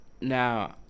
Now